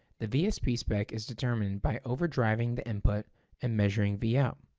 the vsp spec is determined by overdriving the input and measuring vout.